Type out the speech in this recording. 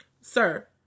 Sir